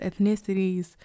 ethnicities